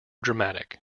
dramatic